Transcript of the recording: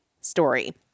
story